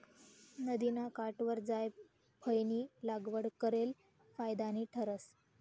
नदिना काठवर जायफयनी लागवड करेल फायदानी ठरस